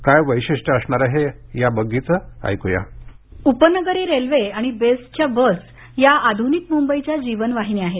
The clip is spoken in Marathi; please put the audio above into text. काय वैशिष्ट्य असणार आहे या बग्गीचं ऐक्या उपनगरी रेल्वे आणि बेस्टप्या बस या आध्निक मंबईप्या जीवनवाहिन्या आहेत